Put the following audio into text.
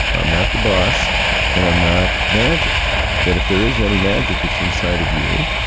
but i'm not the boss and i'm not magic that if there is any magic it's inside of you.